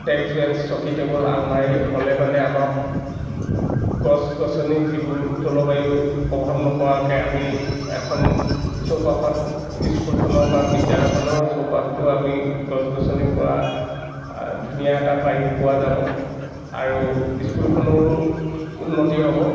desk bench চকী table আলমাৰি হ'লে মানে আমাৰ গছ গছনি যিবোৰ জলবায়ুৰ প্ৰভাৱ নপৰাকৈ আমি এখন চৌপাশত স্কুলখনৰ বা বিদ্যালয়খনৰ চৌপাশটো আমি গছ গছনিৰ পৰা ধুনীয়া এটা বায়ু পোৱা যাব আৰু স্কুলখনৰো উন্নতি হ'ব